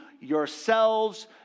yourselves